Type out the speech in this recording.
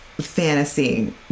fantasy